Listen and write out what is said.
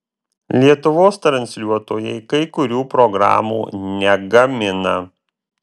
lietuvos transliuotojai kai kurių programų negamina